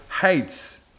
hates